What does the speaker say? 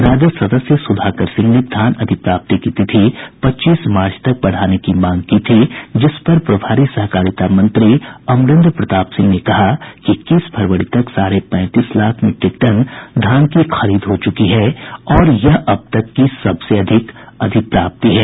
राजद सदस्य सुधाकर सिंह ने धान अधिप्राप्ति की तिथि पच्चीस मार्च तक बढ़ाने की मांग की थी जिसपर प्रभारी सहकारिता मंत्री अमरेन्द्र प्रताप सिंह ने कहा कि इक्कीस फरवरी तक साढ़े पैंतीस लाख मीट्रिक टन धान की खरीद हो चूकी है और यह अब तक की सबसे अधिक अधिप्राप्ति है